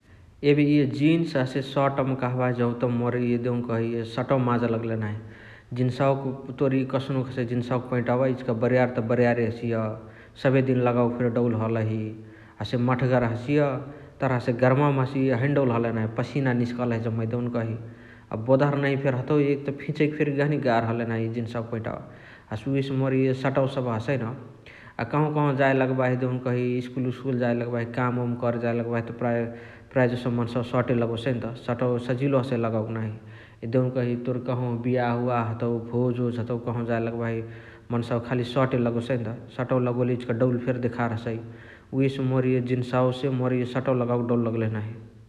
एबे इअ जिन्स हसे सटम कहबाही जौत मोर इअ देउकही सटवा माजा लगलही नाही । जिन्सवक तोर इअ कस्नुक हसइ जिन्सवक पैटावा इचिका बरियार त बरियारे हसिय सबेदिन लगवके फेर डौल हलही हसे मठगर हसिय तर हसे गर्मावमा हसे इअ हैने डौल हलही नाही पस्यान निस्कलही जमै देउनकही । अ बोदहर नहिया फेर हतउ फिचैक फेरी गहनी गार्ह नाही इअ जिन्सावक पैटावा । हसे उहेसे मोर इअ सटवा सबह हसइ न अ कहव कहव जाए लगबाही देउनकही इस्कूल उस्कूल जाए लगबाही काम वोम करे जाए लगबाहित प्राए जसो मन्सावा सटे लगोसैन्त । अ सजिलो हसइ लगावके नाही देउनकही तोर कहवा बियाह उवाह हतउ भोज ओज हतउ कहौ जाए लगबाही मन्सावा खाली सटे लगोसैन्त । सटवा लगोले इचिका डौल फेरी देखर हसइ उहेसे मोर इअ जिन्सावसे मोर सटवा लगवोके डौल लगलही नाही ।